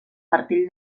martell